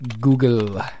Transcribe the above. Google